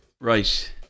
Right